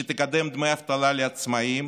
שתקדם דמי אבטלה לעצמאים,